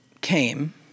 came